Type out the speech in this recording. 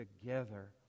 together